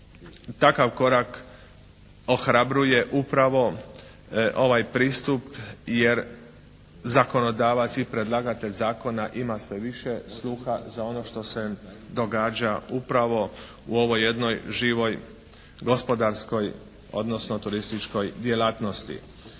takav korak ohrabruje upravo ovaj pristup jer zakonodavac i predlagatelj zakona ima sve više sluha za ono što se događa upravo u ovoj jednoj živoj gospodarskoj, odnosno turističkoj djelatnosti.